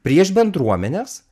prieš bendruomenes